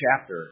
chapter